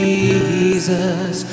Jesus